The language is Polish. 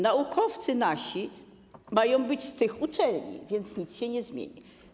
Naukowcy nasi mają być z tych uczelni, więc nic się nie zmieni.